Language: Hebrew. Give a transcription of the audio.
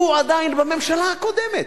הוא עדיין בממשלה הקודמת.